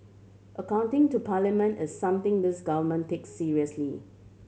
accounting to parliament is something this government take seriously